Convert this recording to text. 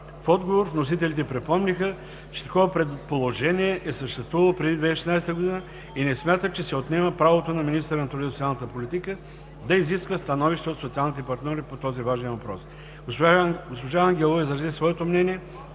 В отговор вносителите припомниха, че такова положение е съществувало преди 2016 г. и не смятат, че се отнема право на министъра на труда и социалната политика да изисква становища от социалните партньори по този важен въпрос. Госпожа Ангелова изрази своето мнение,